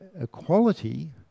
equality